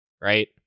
right